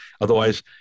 otherwise